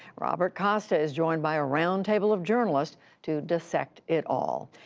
robert costa is joined by a roundtable of journalists to dissect it all.